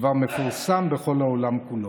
שכבר מפורסם בכל העולם כולו.